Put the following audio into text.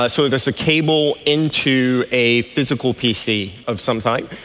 ah so there's a cable into a physical pc of some kind.